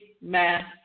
math